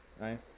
right